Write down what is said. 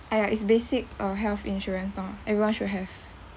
ah ya it's basic uh health insurance lor everyone should have